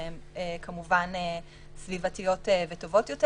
שהן כמובן סביבתיות וטובות יותר.